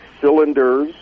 cylinders